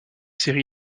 séries